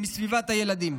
מסביבת הילדים.